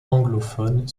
anglophone